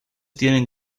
tienen